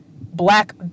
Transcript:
black